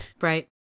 Right